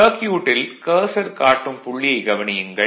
சர்க்யூட்டில் கர்சர் காட்டும் புள்ளியைக் கவனியுங்கள்